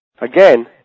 Again